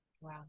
Wow